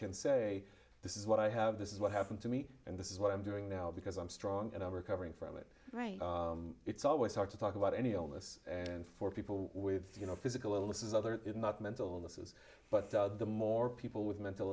can say this is what i have this is what happened to me and this is what i'm doing now because i'm strong and all recovering from it right it's always hard to talk about any of this and for people with you know physical illnesses other not mental illnesses but the more people with mental